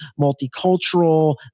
multicultural